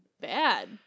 bad